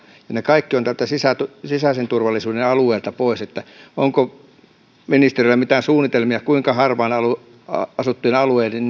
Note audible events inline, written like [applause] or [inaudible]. ja ne kaikki ovat sisäisen turvallisuuden alueelta pois onko ministerillä mitään suunnitelmia kuinka harvaan asuttujen alueiden [unintelligible]